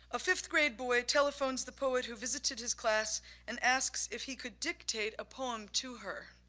a fifth grade boy telephones the poet who visited his class and asks if he could dictate a poem to her.